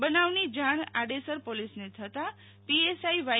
બનાવની જાણ આડેસર પોલીસને થતાં પીએસઆઈ વાય